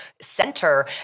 center